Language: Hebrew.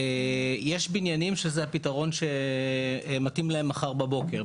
יש בניינים שזה הפתרון שמתאים להן מחר בבוקר,